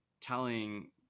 telling